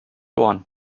ohren